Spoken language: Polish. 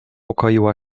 ukoiła